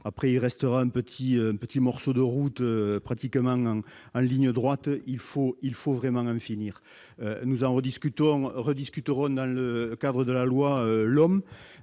Ensuite, il restera un petit morceau de route qui est pratiquement en ligne droite. Il faut vraiment en finir. Nous en rediscuterons dans le cadre de la loi